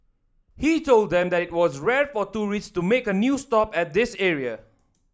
he told them that it was rare for tourists to make a stop at this area